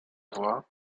voix